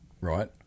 right